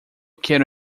quero